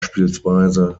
bspw